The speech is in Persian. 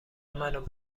منو